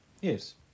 Yes